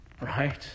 right